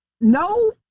No